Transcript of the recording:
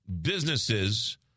businesses